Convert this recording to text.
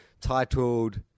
titled